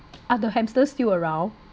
are the hamsters still around